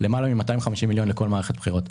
למעלה מ-250 מיליון שקל לכל מערכת בחירות.